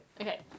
Okay